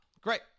Great